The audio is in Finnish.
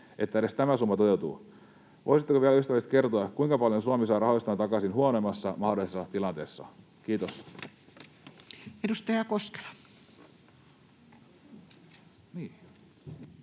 että edes tämä summa toteutuu? Voisitteko vielä ystävällisesti kertoa, kuinka paljon Suomi saa rahoistaan takaisin huonoimmassa mahdollisessa tilanteessa? — Kiitos.